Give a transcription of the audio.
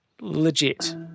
legit